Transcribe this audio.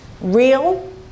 real